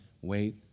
Wait